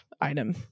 item